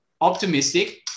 optimistic